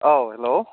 औ हेलौ